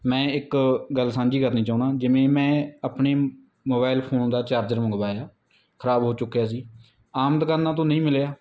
ਮੈਂ ਇੱਕ ਗੱਲ ਸਾਂਝੀ ਕਰਨੀ ਚਾਹੁੰਦਾ ਜਿਵੇਂ ਮੈਂ ਆਪਣੇ ਮੋਬਾਇਲ ਫੋਨ ਦਾ ਚਾਰਜਰ ਮੰਗਵਾਇਆ ਖ਼ਰਾਬ ਹੋ ਚੁੱਕਿਆ ਸੀ ਆਮ ਦੁਕਾਨਾਂ ਤੋਂ ਨਹੀਂ ਮਿਲਿਆ